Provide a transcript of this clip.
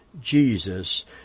Jesus